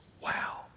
Wow